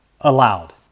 allowed